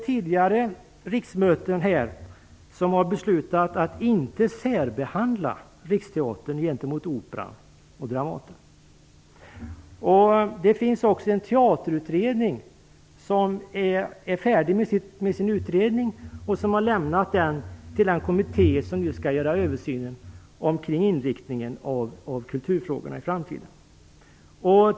Tidigare riksmöten har beslutat att inte särbehandla riksteatern gentemot Operan och Dramaten. En teaterutredning är nu färdig med sin utredning och har lämnat den till den kommitté som skall göra översynen när det gäller inriktningen av kulturfrågorna i framtiden.